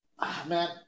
Man